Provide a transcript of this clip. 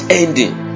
ending